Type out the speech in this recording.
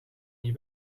die